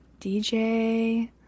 DJ